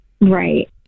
Right